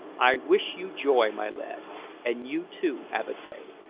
i wish you joy, my lad and you too, avatea!